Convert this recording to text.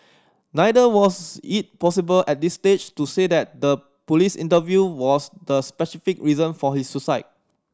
neither was it possible at this stage to say that the police interview was the specific reason for his suicide